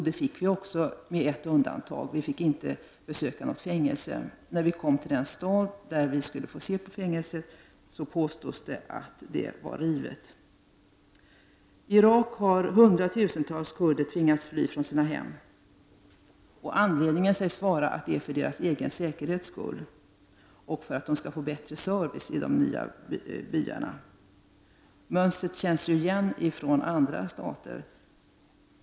Det fick vi också med ett undantag: vi fick inte besöka något fängelse. När vi kom till den stad där det fanns ett fängelse, fick vi beskedet att det hade rivits. I Irak har hundratusentals kurder tvingats flytta från sina hem. Anledningen sägs vara att det är för deras säkerhets skull och för att de skall få bättre service i de nya byarna. Mönstret känns igen från andra stater.